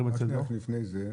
רק שנייה לפני זה,